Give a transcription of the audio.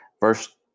Verse